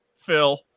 Phil